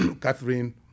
Catherine